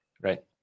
Right